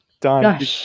Done